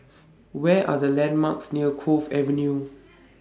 Where Are The landmarks near Cove Avenue